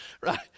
right